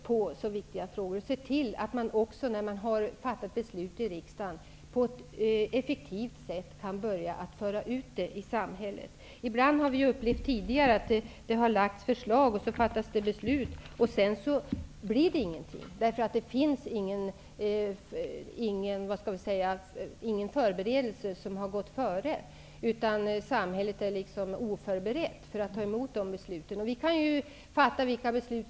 Det är även väsentligt att när så viktiga beslut har fattas i riksdagen att de sedan på ett effektivt sätt kan föras ut i samhället. Tidigare har vi ibland upplevt att förslag har lagts fram, beslut har fattats och sedan har det inte hänt något. Det har inte skett något förberedelsearbete. Samhället har varit oförberett för att ta emot besluten.